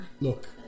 look